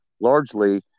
largely